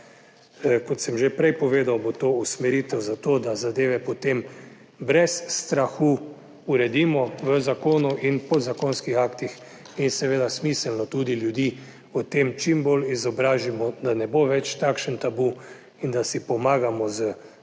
Kot sem že prej povedal bo to usmeritev za to, da zadeve potem brez strahu uredimo v zakonu in podzakonskih aktih in seveda smiselno tudi ljudi o tem čim bolj izobrazimo, da ne bo več takšen tabu, in da si pomagamo z